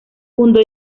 fundó